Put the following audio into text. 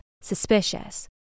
suspicious